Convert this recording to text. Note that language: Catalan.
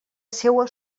seua